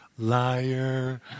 liar